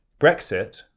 Brexit